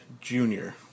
Junior